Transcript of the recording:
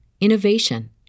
innovation